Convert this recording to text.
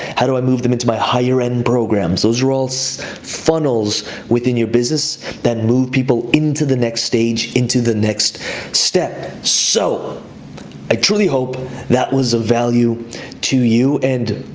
how do i move them into my higher-end programs? those are all so funnels within your business that move people into the next stage, into the next step. so i truly hope that was a value to you and